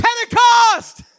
Pentecost